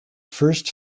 first